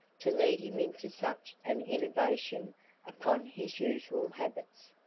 to lead him into such an innovation upon his usual habits.